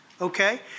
Okay